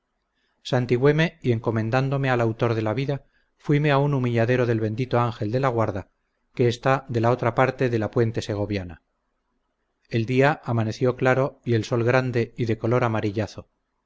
vestido santigüéme y encomendándome al autor de la vida fuime a un humilladero del bendito ángel de la guarda que está de la otra parte de la puente segoviana el día amaneció claro y el sol grande y de color amarillazo